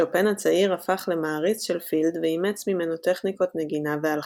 שופן הצעיר הפך למעריץ של פילד ואימץ ממנו טכניקות נגינה והלחנה.